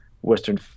Western